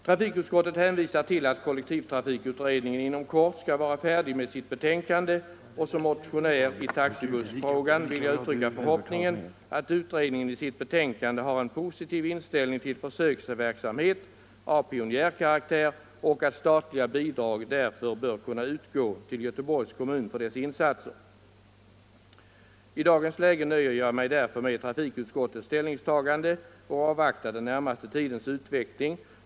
Trafikutskottet hänvisar till att kollektivtrafikutredningen inom kort skall vara färdig med sitt betänkande. Som motionär i taxibussfrågan vill jag uttrycka förhoppningen att utredningen i sitt betänkande har en positiv inställning till försöksverksamhet av pionjärkaraktär och att statliga bidrag därför bör kunna utgå till Göteborgs kommun för dess insatser. I dagens läge nöjer jag mig med trafikutskottets ställningstagande och avvaktar den närmaste tidens utveckling.